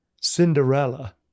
Cinderella